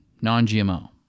non-GMO